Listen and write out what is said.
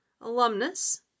alumnus